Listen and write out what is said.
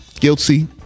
Guilty